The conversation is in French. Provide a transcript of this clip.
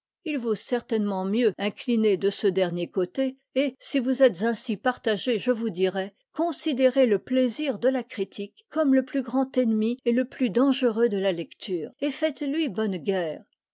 il vaut certainement mieux incliner de ce dernier côté et si vous êtes ainsi partagé je vous dirai considérez le plaisir de la critique comme le plus grand ennemi et le plus dangereux de la lecture et faites-lui bonne guerre